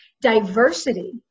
diversity